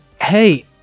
hey